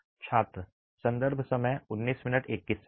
छात्र संदर्भ समय 1921